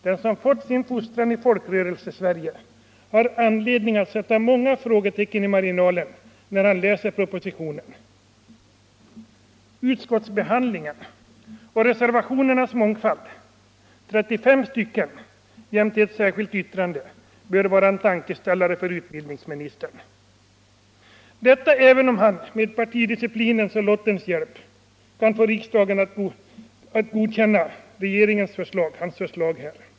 Den som fått sin fostran i Folkrörelsesverige har anledning att sätta många frågetecken i marginalen när han läser propositionen. Utskottsbehandlingen och reservationernas mångfald — 35 stycken — jämte ett särskilt yttrande bör vara en tankeställare för utbildningsministern, detta även om han med partidisciplinens och lottens hjälp kan få riksdagen att godkänna hans förslag.